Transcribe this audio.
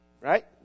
right